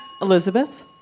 Elizabeth